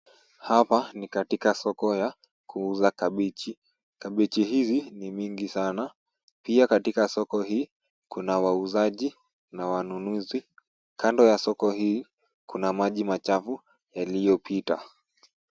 Hapa ni katika soko ya kuuza kabichi. Kabichi hizi ni mingi sana. Pia katika soko hii kuna wauzaji na wanunuzi. Kando ya soko hii kuna maji machafu yaliyopita.